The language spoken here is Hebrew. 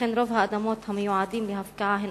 שכן רוב האדמות המיועדות להפקעה הן